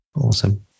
awesome